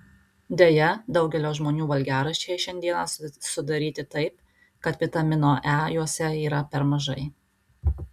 deja daugelio žmonių valgiaraščiai šiandieną sudaryti taip kad vitamino e juose yra per mažai